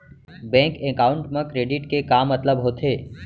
Bank account मा credit के का मतलब होथे?